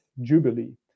Jubilee